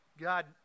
God